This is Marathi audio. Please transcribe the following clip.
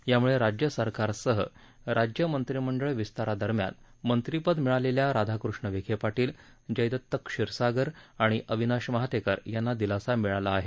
यामुळे राज्यसरकारसह राज्य मंत्रिमंडळ विस्तारादरम्यान मंत्रिपद मिळालेल्या राधाकृष्ण विखे पाटील जयदत्त क्षिरसागर आणि अविनाश महातेकर यांना दिलासा मिळाला आहे